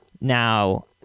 Now